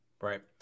Right